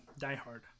diehard